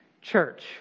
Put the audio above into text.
Church